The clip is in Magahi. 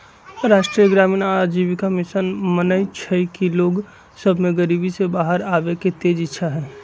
राष्ट्रीय ग्रामीण आजीविका मिशन मानइ छइ कि लोग सभ में गरीबी से बाहर आबेके तेज इच्छा हइ